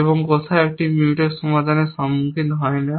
এবং কোথাও একটি Mutex সমাধানের সম্মুখীন হয় না